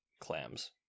clams